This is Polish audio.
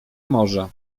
morza